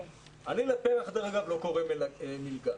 אני, דרך אגב, לא קורא לפר"ח מלגה.